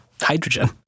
hydrogen